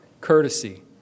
courtesy